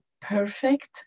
perfect